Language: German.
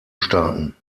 starten